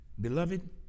Beloved